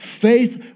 faith